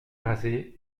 rasé